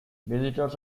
visitors